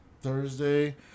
Thursday